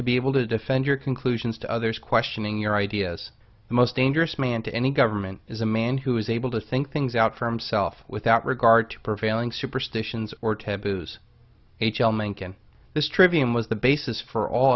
to be able to defend your conclusions to others questioning your ideas the most dangerous man to any government is a man who is able to think things out for himself without regard to prevailing superstitions or taboos h l mencken this trivium was the basis for all